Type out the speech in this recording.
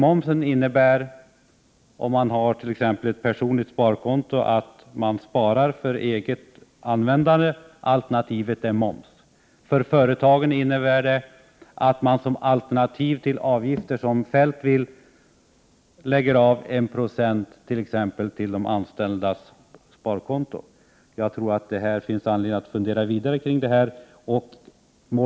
Om man har t.ex. ett personligt sparkonto, innebär det att man sparar för eget användande; alternativet är moms. För företagen innebär ett alternativ till avgifter som Kjell-Olof Feldt vill ha, att man sätter av 1 96, exempelvis till de anställdas sparkonto. Jag tror att det finns anledning att fundera vidare kring detta.